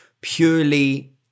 purely